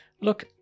Look